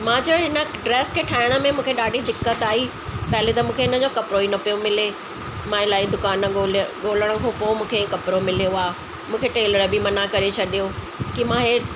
त मां चयो हिन ड्रेस खे ठाहिण में मूंखे ॾाढी दिक़त आई पहले त मूंखे इन जो कपिड़ो ई न पियो मिले मां इलाही दुकान ॻोल्हिया ॻोल्हण खो पोइ मूंखे कपिड़ो मिलियो आहे मूंखे टेलर बि मना करे छॾियो की मां इहे